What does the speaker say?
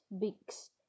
beaks